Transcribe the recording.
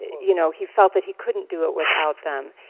you know, he felt that he couldn't do it without them.